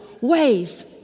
ways